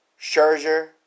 Scherzer